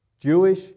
Jewish